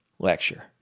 lecture